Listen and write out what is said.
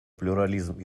плюрализм